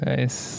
Nice